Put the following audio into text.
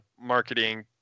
marketing